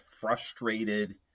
frustrated